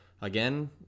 again